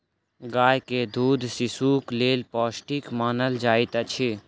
गाय के दूध शिशुक लेल पौष्टिक मानल जाइत अछि